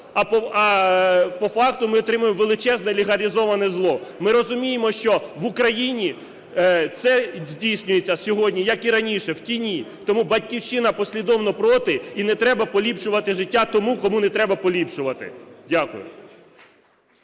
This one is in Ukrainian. А по факту ми отримаємо величезне легалізоване зло. Ми розуміємо, що в Україні це здійснюється сьогодні, як і раніше, в тіні. Тому "Батьківщина" послідовно проти. І не треба поліпшувати життя тому, кому не треба поліпшувати. Дякую.